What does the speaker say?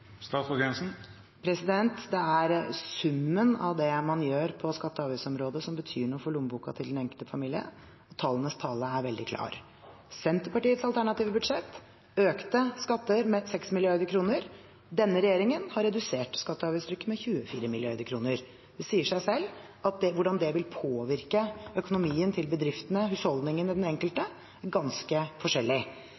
Det er summen av det man gjør på skatte- og avgiftsområdet som betyr noe for lommeboken til den enkelte familie. Tallenes tale er veldig klar: Senterpartiets alternative budsjett økte skatter med 6 mrd. kr. Denne regjeringen har redusert skatte- og avgiftstrykket med 24 mrd. kr. Det sier seg selv hvordan det vil påvirke økonomien til bedriftene, husholdningene og den enkelte